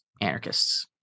anarchists